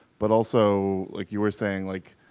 but also like you were saying, like,